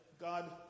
God